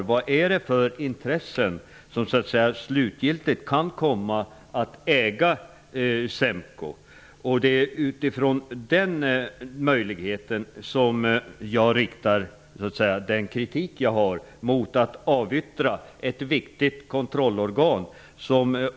Vilka intressen kan slutgiltigt komma att äga SEMKO? Mot den bakgrunden riktar jag kritik mot att man avyttrar detta viktiga kontrollorgan.